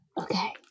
okay